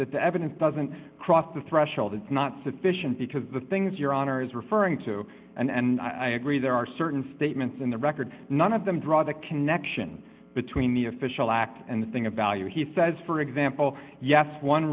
that the evidence doesn't cross the threshold it's not sufficient because the things your honor is referring to and i agree there are certain statements in the record none of them draw the connection between the official act and the thing of value he says for example yes one